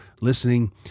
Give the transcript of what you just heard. listening